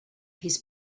his